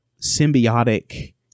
symbiotic